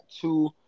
two